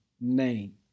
name